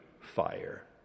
fire